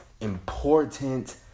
important